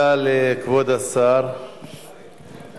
מידע אשר אין לגלותו על-פי כל דין".